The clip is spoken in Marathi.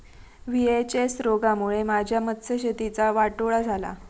व्ही.एच.एस रोगामुळे माझ्या मत्स्यशेतीचा वाटोळा झाला